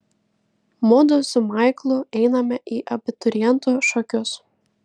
mudu su maiklu einame į abiturientų šokius